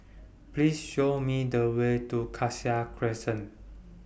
Please Show Me The Way to Cassia Crescent